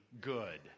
good